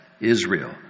Israel